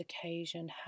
occasion